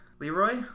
Leroy